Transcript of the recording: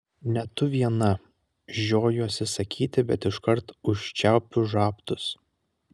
ne tu viena žiojuosi sakyti bet iškart užčiaupiu žabtus